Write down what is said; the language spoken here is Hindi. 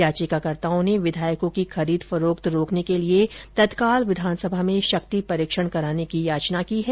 याचिकाकर्ताओं ने विधायको की खरीद फरोख्त रोकने के लिए तत्काल विधानसभा में शक्ति परीक्षण कराने की भी याचना की है